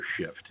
shift